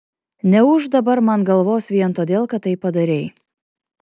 neūžk dabar man galvos vien todėl kad tai padarei